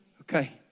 Okay